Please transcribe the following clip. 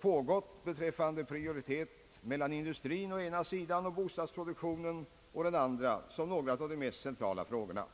pågått beträffande prioritet mellan industrien å ena sidan och bostadsproduktionen å den andra sidan som några av de mest centrala frågorna.